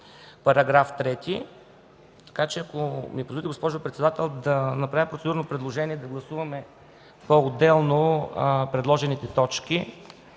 в § 3. Ако ми позволите, госпожо председател, да направя процедурно предложение – да гласуваме поотделно предложените точки.